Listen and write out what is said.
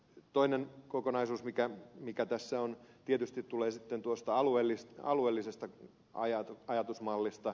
toinen kokonaisuus mikä tässä on tietysti tulee sitten tuosta alueellisesta ajatusmallista